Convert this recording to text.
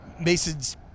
Mason's